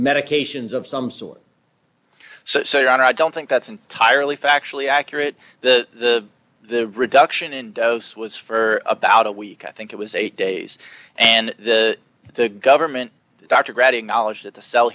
medications of some sort so you are i don't think that's entirely factually accurate the the reduction in dose was for about a week i think it was eight days and the the government doctor grabbing knowledge that the cell